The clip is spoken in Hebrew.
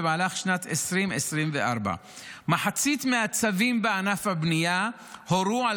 במהלך שנת 2024. מחצית מהצווים בענף הבנייה הורו על